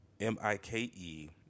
M-I-K-E